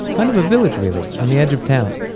kind of a village really, on the edge of town.